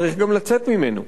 צריך גם לצאת ממנו.